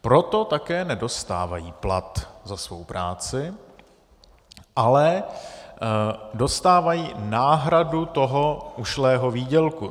Proto také nedostávají plat za svou práci, ale dostávají náhradu toho ušlého výdělku.